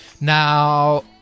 Now